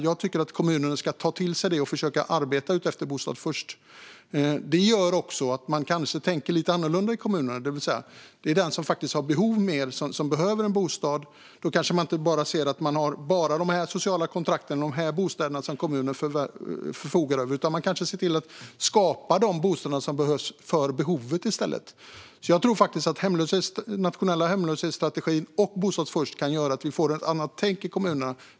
Jag tycker att kommunerna ska ta till sig det och försöka arbeta utifrån Bostad först. Det gör också att man kanske tänker lite annorlunda i kommunerna. Om någon faktiskt har behov av en bostad kanske man inte ska tänka att kommunen bara förfogar över sociala kontrakt utan kanske se till att skapa de bostäder som behövs i stället. Jag tror att den nationella hemlöshetsstrategin och Bostad först kan göra att man börjar tänka på ett annat sätt i kommunerna.